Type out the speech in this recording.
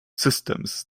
systems